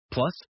Plus